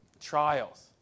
trials